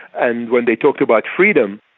and when they talked about freedom,